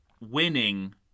winning